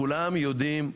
כולם יודעים,